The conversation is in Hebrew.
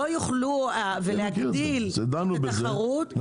ולהגדיל את התחרות.